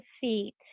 feet